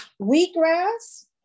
wheatgrass